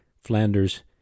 Flanders